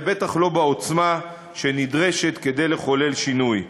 ובטח לא בעוצמה שנדרשת כדי לחולל שינוי.